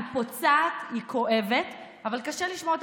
היא פוצעת, היא כואבת, אבל קשה לשמוע אותה.